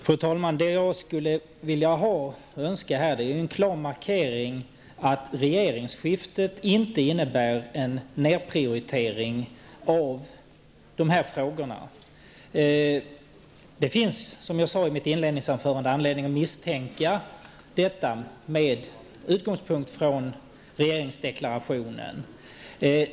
Fru talman! Jag önskar få en klar markering om att regeringsskiftet inte innebär en nedprioritering av dessa frågor. Det finns, som jag sade i mitt inledningsanförande, anledning att misstänka detta med utgångspunkt i vad som står i regeringsdeklarationen.